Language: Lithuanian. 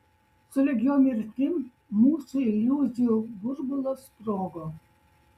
sulig jo mirtim mūsų iliuzijų burbulas sprogo